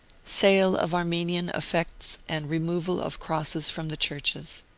sale of armenian effects, and removal of crosses from the churches.